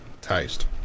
taste